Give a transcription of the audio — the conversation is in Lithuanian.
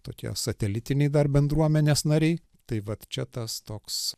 tokie satelitiniai dar bendruomenės nariai tai vat čia tas toks